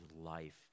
life